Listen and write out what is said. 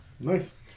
Nice